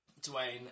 Dwayne